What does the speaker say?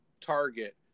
target